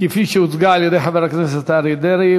כפי שהוצגה על-ידי חבר הכנסת אריה דרעי,